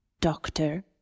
doctor